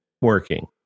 working